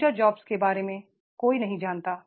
future jobs के बारे में कोई नहीं जानता